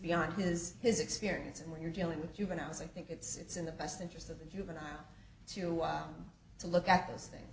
beyond his his experience and when you're dealing with juveniles i think it's in the best interest of the human eye to eye to look at those things